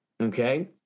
okay